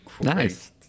Nice